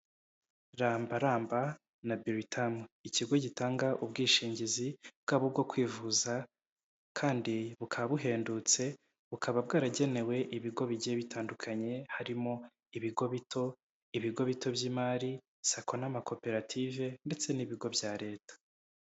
Rambaramba na buritamu, ikigo gitanga ubwishingizi bwaba ubwo kwivuza kandi bukaba buhendutse, bukaba bwaragenewe ibigo bigiye bitandukanye harimo ibigo bito, ibigo bito by'imari, sako n'amakoperative ndetse n'ibigo bya leta.